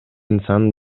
инсан